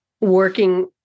Working